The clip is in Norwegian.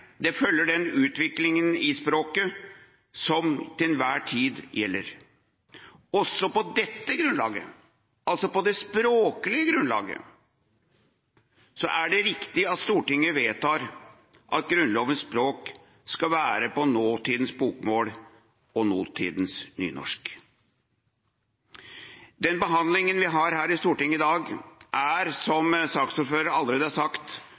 det følger den utviklingen i språket som til enhver tid gjelder. Også på dette grunnlaget – det språklige grunnlaget – er det riktig at Stortinget vedtar at Grunnlovens språk skal være på nåtidas bokmål og nåtidens nynorsk. Den behandlingen vi har her i Stortinget i dag, er, som saksordføreren allerede har sagt,